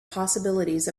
possibilities